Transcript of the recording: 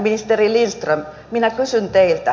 ministeri lindström minä kysyn teiltä